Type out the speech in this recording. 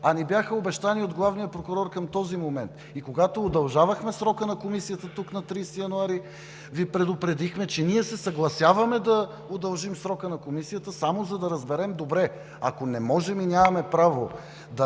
а ни бяха обещани от главния прокурор към този момент. И, когато удължавахме срока на Комисията тук на 30 януари, Ви предупредихме, че ние се съгласяваме да удължим срока на Комисията, само за да разберем… Добре, ако не можем и нямаме право да